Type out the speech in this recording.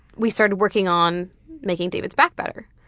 we started working on making david's back better,